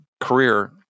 career